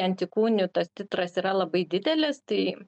antikūnių tas titras yra labai didelis tai